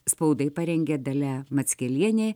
spaudai parengė dalia mackelienė